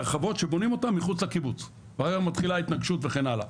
הרחבות שבונים אותם מחוץ לקיבוץ ואחר כך מתחילה התנגשות וכן הלאה.